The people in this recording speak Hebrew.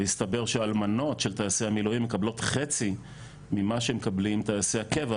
ומסתבר שאלמנות של טייסי מילואים מקבלות חצי ממה שמקבלים טייסי הקבע,